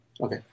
Okay